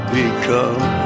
become